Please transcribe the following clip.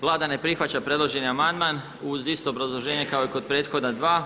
Vlada ne prihvaća predloženi amandman uz isto obrazloženje kao i kod prethodna dva.